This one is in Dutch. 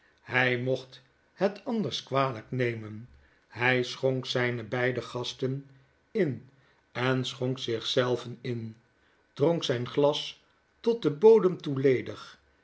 hij mocht het anders kwalijk nemen hij schonk zijne beide gasten in en schonk zich zeiven in dronk zijn glas tot den bodem toe